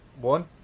one